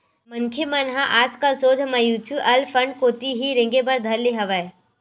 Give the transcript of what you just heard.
मनखे मन ह आजकल सोझ म्युचुअल फंड कोती ही रेंगे बर धर ले हवय